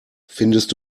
findest